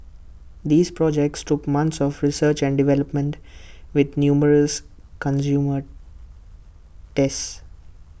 these projects took months of research and development with numerous consumer tests